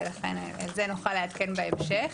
ולכן על זה נוכל לעדכן בהמשך.